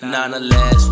Nonetheless